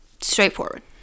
straightforward